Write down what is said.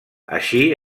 així